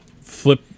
flip